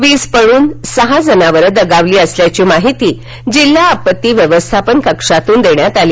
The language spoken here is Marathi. वीज पडून सहा जनावरं दगावली असल्याची माहिती जिल्हा आपत्ती व्यवस्थापन कक्षातून देण्यात आली